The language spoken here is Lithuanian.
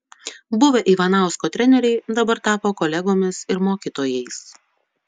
buvę ivanausko treneriai dabar tapo kolegomis ir mokytojais